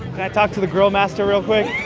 and i talk to the grill master real quick?